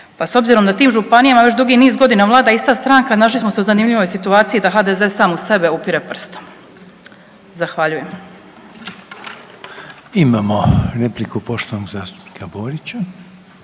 Pa s obzirom da tim županijama već dugi niz godina vlada ista stranka, našli smo se u zanimljivoj situaciji da HDZ sam u sebe upire prstom. Zahvaljujem. **Reiner, Željko (HDZ)** Imamo repliku poštovanog zastupnika Borića.